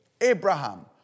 Abraham